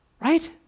Right